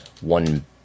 one